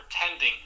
pretending